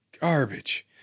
garbage